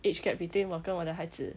age gap between 我跟我的孩子